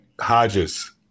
Hodges